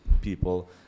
people